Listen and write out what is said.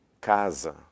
casa